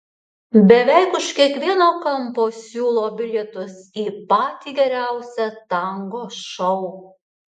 beveik už kiekvieno kampo siūlo bilietus į patį geriausią tango šou